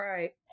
Right